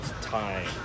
time